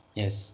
yes